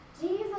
Jesus